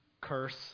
Curse